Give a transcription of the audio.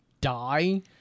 die